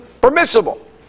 permissible